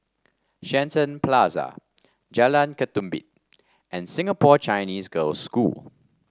Shenton Plaza Jalan Ketumbit and Singapore Chinese Girls' School